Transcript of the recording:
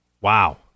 wow